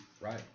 Right